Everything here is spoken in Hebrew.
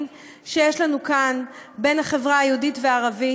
שיש לנו כאן בין החברה היהודית לערבית,